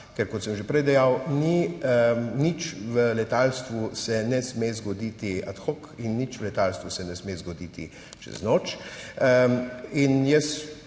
ker, kot sem že prej dejal, nič v letalstvu se ne sme zgoditi ad hoc in nič v letalstvu se ne sme zgoditi čez noč.